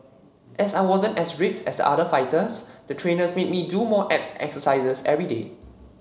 as I wasn't as ripped as the other fighters the trainers made me do more abs exercises everyday